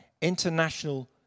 International